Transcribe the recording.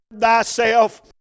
thyself